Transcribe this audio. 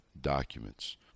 documents